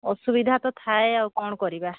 ଅସୁବିଧା ତ ଥାଏ ଆଉ କ'ଣ କରିବା